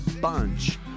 bunch